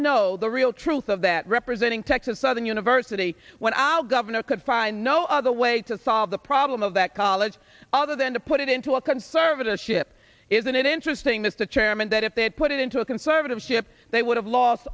know the real truth of that representing texas southern university when our governor could find no other way to solve the problem of that college other than to put it into a conservatorship isn't it interesting mr chairman that if they put it into a conservative ship they would have lost